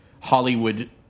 Hollywood